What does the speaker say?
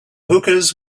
hookahs